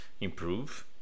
improve